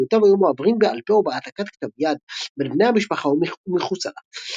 ופיוטיו היו מועברים בעל פה או בהעתקת כתב יד בין בני המשפחה ומחוצה לה.